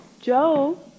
Joe